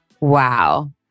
Wow